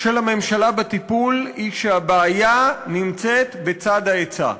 של הממשלה בטיפול היא שהבעיה נמצאת בצד ההיצע.